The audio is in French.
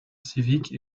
civique